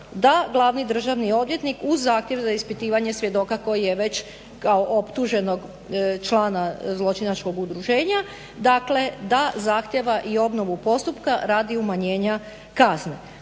da glavni državni odvjetnik uz zahtjev za ispitivanje svjedoka koji je već kao optuženog člana zločinačkog udruženja. Dakle, da zahtjeva i obnovu postupka radi umanjenja kazne.